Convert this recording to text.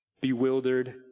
bewildered